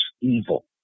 evil